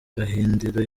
gahindiro